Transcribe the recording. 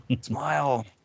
smile